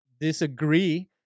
disagree